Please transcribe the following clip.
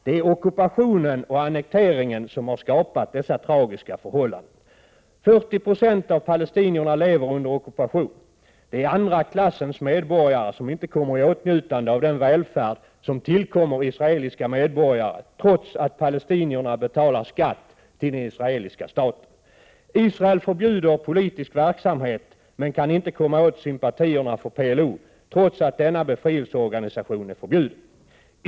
Det är ockupationen och annekteringen som har skapat dessa tragiska förhållanden. 40 90 av palestinierna lever under ockupation. De är andra klassens medborgare, som inte kommer i åtnjutande av den välfärd som tillkommer israeliska medborgare, trots att palestinierna betalar skatt till den israeliska staten. Israel förbjuder politisk verksamhet men kan inte komma åt sympatierna för PLO, trots att denna befrielseorganisation är förbjuden.